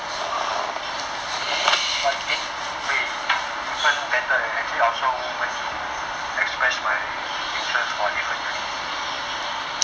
oh but eh different better leh actually I also went to express my interest for different unit